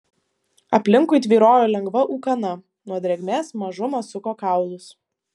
aplinkui tvyrojo lengva ūkana nuo drėgmės mažumą suko kaulus